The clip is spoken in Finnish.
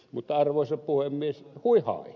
mutta arvoisa puhemies hui hai